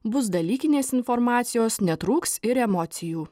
bus dalykinės informacijos netrūks ir emocijų